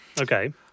Okay